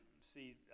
see